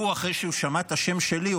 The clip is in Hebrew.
ואחרי שהוא שמע את השם שלי,